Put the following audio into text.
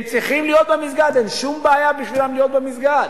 הם צריכים להיות במסגד ואין שום בעיה בשבילם להיות במסגד.